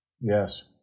Yes